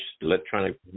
electronic